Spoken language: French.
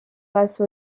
passe